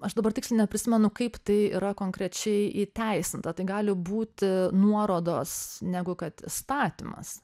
aš dabar tiksliai neprisimenu kaip tai yra konkrečiai įteisinta tai gali būti nuorodos negu kad įstatymas